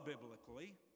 biblically